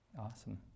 awesome